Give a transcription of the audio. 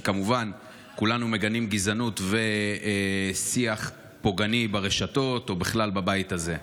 כי כמובן כולנו מגנים גזענות ושיח פוגעני ברשתות או בכלל בבית הזה,